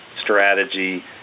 strategy